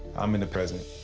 i'm in the present.